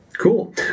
Cool